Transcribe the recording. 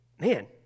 Man